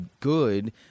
good